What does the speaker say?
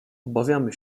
obawiamy